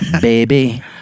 Baby